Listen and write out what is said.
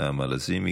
נעמה לזימי,